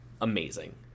amazing